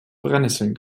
brennesseln